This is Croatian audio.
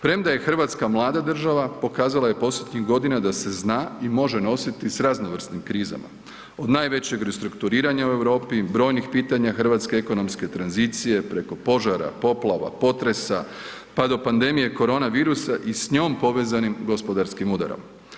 Premda je RH mlada država pokazala je posljednjih godina da se zna i može nositi s raznovrsnim krizama, od najvećeg restrukturiranja u Europi, brojnih pitanje hrvatske ekonomske tranzicije preko požara, poplava, potresa, pa do pandemije korona virusa i s njom povezanim gospodarskim udarom.